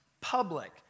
public